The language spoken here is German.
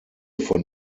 von